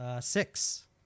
six